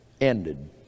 ended